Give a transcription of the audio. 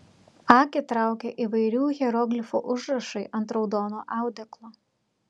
akį traukia įvairių hieroglifų užrašai ant raudono audeklo